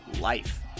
life